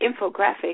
infographic